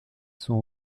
sont